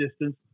distance